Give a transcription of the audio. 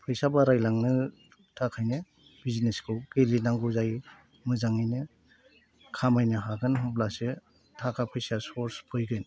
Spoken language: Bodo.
फैसा बारायलांनो थाखायनो बिजनेसखौ गेले नांगौ जायो मोजांयैनो खामायनो हागोन अब्लासो थाखा फैसा सर्स फैगोन